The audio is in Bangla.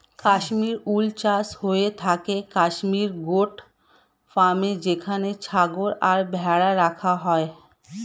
কাশ্মীর উল চাষ হয়ে থাকে কাশ্মীর গোট ফার্মে যেখানে ছাগল আর ভেড়া রাখা হয়